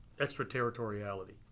extraterritoriality